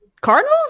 Cardinals